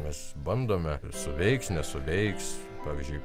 mes bandome suveiks nesuveiks pavyzdžiui